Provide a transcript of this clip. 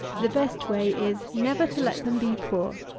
the best way is, never to let them be poor.